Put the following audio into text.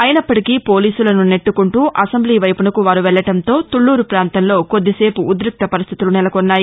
అయినప్పటికీపోలీసులను నెట్టుకుంటూ అసెంబ్లీ వైపునకు వారు వెళ్ళడంతో తూళ్ళూరు పాంతంలో కొద్దిసేపు ఉద్దిక్త పరిస్థితులు నెలకొన్నాయి